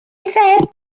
said